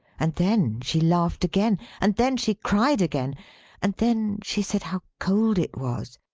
and then, she laughed again and then, she cried again and then, she said how cold it was,